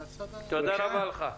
תודה רבה לך.